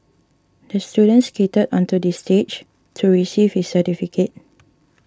the student skated onto the stage to receive his certificate